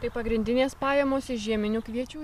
tai pagrindinės pajamos iš žieminių kviečių